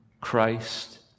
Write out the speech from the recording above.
Christ